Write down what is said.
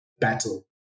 battle